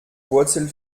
wurzel